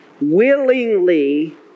willingly